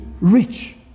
rich